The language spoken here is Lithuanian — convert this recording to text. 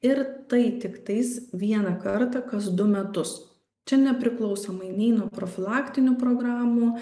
ir tai tiktais vieną kartą kas du metus čia nepriklausomai nei nuo profilaktinių programų